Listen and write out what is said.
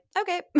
okay